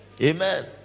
Amen